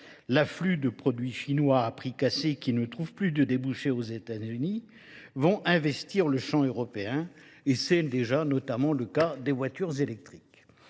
L'afflux de produits chinois appricassés qui ne trouvent plus de débouchés aux États-Unis vont investir le champ européen et c'est déjà notamment le cas des voitures électriques.